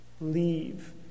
leave